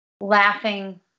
laughing